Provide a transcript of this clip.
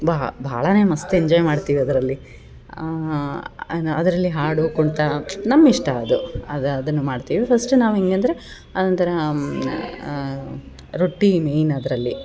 ಬಹ ಭಾಳ ಮಸ್ತ್ ಎಂಜಾಯ್ ಮಾಡ್ತೀವಿ ಅದರಲ್ಲಿ ಅನ ಅದರಲ್ಲಿ ಹಾಡು ಕುಣಿತ ನಮ್ಮಿಷ್ಟ ಅದು ಅದು ಅದನ್ನು ಮಾಡ್ತೀವಿ ಫಸ್ಟ್ ನಾವು ಹೆಂಗೆ ಅಂದರೆ ಅದೊಂಥರ ರೊಟ್ಟಿ ಮೇಯ್ನ್ ಅದರಲ್ಲಿ